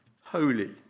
holy